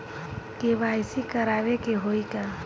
KYC करावे के होई का?